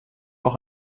auch